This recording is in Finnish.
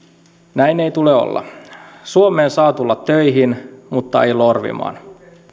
näin ei tule olla suomeen saa tulla töihin mutta ei lorvimaan